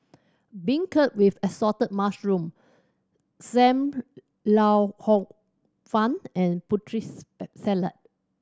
beancurd with assorted mushroom Sam Lau Hor Fun and Putri Salad